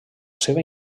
seva